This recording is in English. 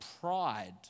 pride